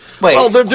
Wait